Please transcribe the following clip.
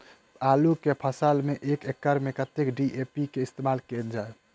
आलु केँ फसल मे एक एकड़ मे कतेक डी.ए.पी केँ इस्तेमाल कैल जाए?